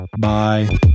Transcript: Bye